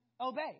Obey